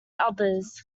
others